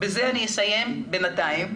בזה אסיים בינתיים.